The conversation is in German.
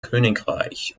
königreich